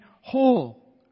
whole